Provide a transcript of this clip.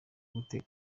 gute